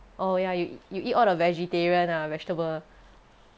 oh you eat you eat all the vegetarian ah vegetable